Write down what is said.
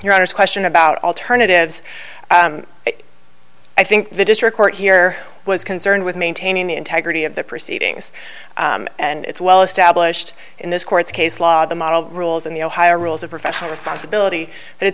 your honour's question about alternatives i think the district court here was concerned with maintaining the integrity of the proceedings and it's well established in this court's case law the model rules in the ohio rules of professional responsibility that